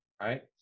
right